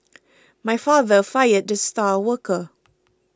my father fired the star worker